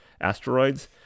asteroids